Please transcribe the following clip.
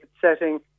setting